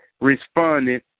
responded